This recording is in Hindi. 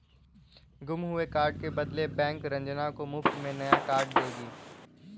गुम हुए कार्ड के बदले बैंक रंजना को मुफ्त में नया कार्ड देगी